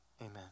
Amen